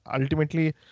ultimately